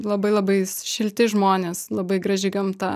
labai labai šilti žmonės labai graži gamta